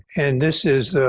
and this is